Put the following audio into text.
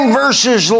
verses